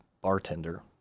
bartender